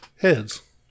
Heads